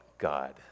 God